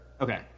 Okay